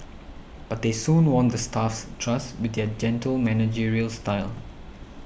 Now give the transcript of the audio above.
but they soon won the staff's trust with their gentle managerial style